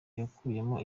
yakuyemo